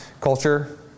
Culture